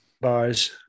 Bars